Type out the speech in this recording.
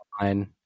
fine